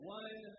one